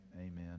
Amen